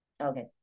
Okay